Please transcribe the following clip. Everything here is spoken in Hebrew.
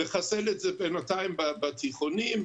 לחסל את זה בינתיים בתיכונים.